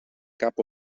cap